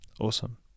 Awesome